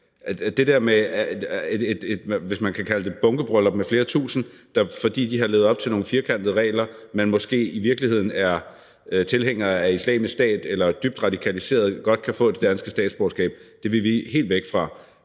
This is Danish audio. det det – et bunkebryllup med flere tusind, der, fordi de har levet op til nogle firkantede regler, men måske i virkeligheden er tilhængere af Islamisk Stat eller dybt radikaliserede, godt kan få det danske statsborgerskab, vil vi helt væk fra.